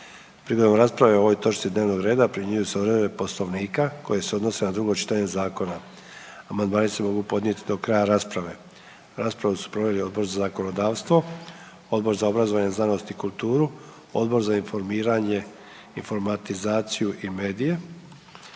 Prigodom rasprave o ovoj točki dnevnog reda primjenjuju se odredbe Poslovnika koje se odnose na drugo čitanje zakona. Amandmani se mogu podnijeti do kraja rasprave. Raspravu su proveli Odbor za zakonodavstvo, Odbor za obrazovanje, znanost i kulturu, Odbor za informiranje, informatizaciju i medije.